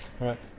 Right